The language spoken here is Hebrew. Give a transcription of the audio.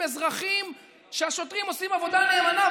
אזרחים ושהשוטרים עושים עבודה נאמנה,